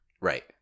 right